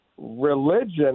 Religion